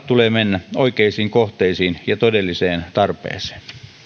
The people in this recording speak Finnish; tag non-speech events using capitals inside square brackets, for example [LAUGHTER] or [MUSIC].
[UNINTELLIGIBLE] tulee mennä oikeisiin kohteisiin ja todelliseen tarpeeseen